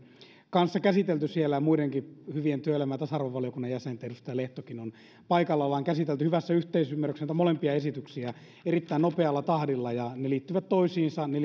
kanssa käsitelleet muidenkin hyvien työelämä ja tasa arvovaliokunnan jäsenten kanssa edustaja lehtokin on paikalla olemme käsitelleet hyvässä yhteisymmärryksessä näitä molempia esityksiä erittäin nopealla tahdilla ja ne liittyvät toisiinsa ne